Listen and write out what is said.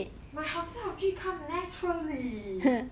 my 好词好句 come naturally